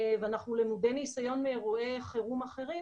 ואנחנו למודי ניסיון מאירועי ניסיון אחרים,